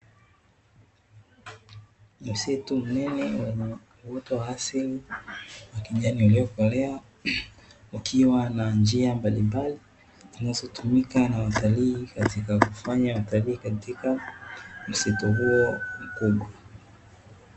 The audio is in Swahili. Msitu mnene wenye uoto wa asili wa kijani uliokolea, ukiwa na njia mbalimbali zinazotumika na watalii katika kufanya utalii katika msitu huo mkubwa.